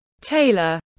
Taylor